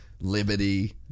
liberty